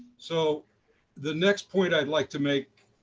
so the next point i'd like to make